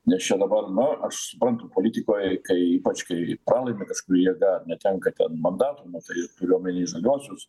nes čia dabar na aš suprantu politikoje ypač kai pralaimi kažkuri jėga netenka ten mandatų matai turio omeny žaliuosius